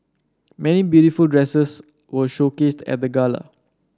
many beautiful dresses were showcased at the gala